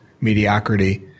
mediocrity